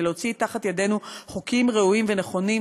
שנוציא מתחת ידינו חוקים ראויים ונכונים.